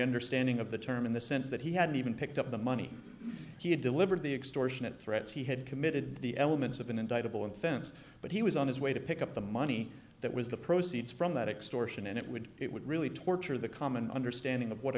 understanding of the term in the sense that he hadn't even picked up the money he had delivered the extraordinary threats he had committed the elements have been indicted on fence but he was on his way to pick up the money that was the proceeds from that explosion and it would it would really torture the common understanding of what